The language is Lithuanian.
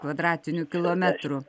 kvadratinių kilometrų